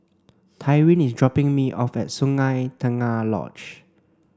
Tyrin is dropping me off at Sungei Tengah Lodge